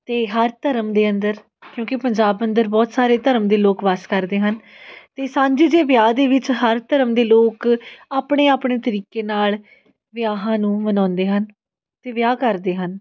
ਅਤੇ ਹਰ ਧਰਮ ਦੇ ਅੰਦਰ ਕਿਉਂਕਿ ਪੰਜਾਬ ਅੰਦਰ ਬਹੁਤ ਸਾਰੇ ਧਰਮ ਦੇ ਲੋਕ ਵੱਸ ਕਰਦੇ ਹਨ ਅਤੇ ਸਾਂਝੀ ਜੇ ਵਿਆਹ ਦੇ ਵਿੱਚ ਹਰ ਧਰਮ ਦੇ ਲੋਕ ਆਪਣੇ ਆਪਣੇ ਤਰੀਕੇ ਨਾਲ ਵਿਆਹਾਂ ਨੂੰ ਮਨਾਉਂਦੇ ਹਨ ਅਤੇ ਵਿਆਹ ਕਰਦੇ ਹਨ